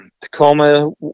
Tacoma